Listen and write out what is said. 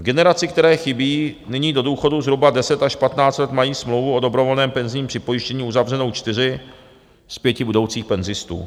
V generaci, které chybí nyní do důchodu zhruba deset až patnáct let, mají smlouvu o dobrovolném penzijním připojištění uzavřenou čtyři z pěti budoucích penzistů.